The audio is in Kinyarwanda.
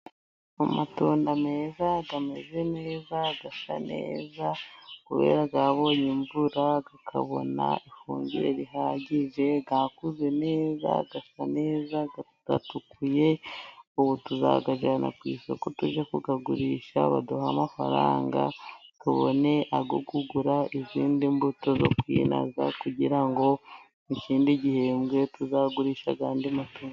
Mu matunda meza, ameze neza, asa neza, kubera yabonye imvura akabona ifumbire ihagije, akuze neza, asa neza, yatukuye ubu tuzajyana ku isoko, tujye kuyagurisha baduhe amafaranga, tubone kugura izindi mbuto zo kwinaza kugira ngo ku kindi gihembwe tuzagurishe andi matunda.